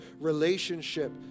relationship